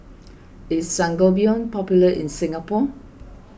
is Sangobion popular in Singapore